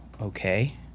okay